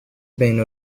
بین